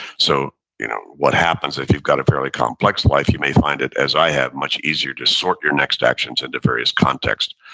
so you know what happens if you got a fairly complex life, you may find as i have, much easier to sort your next actions into various contexts.